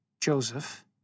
Joseph